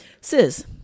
sis